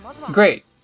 Great